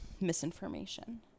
misinformation